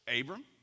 Abram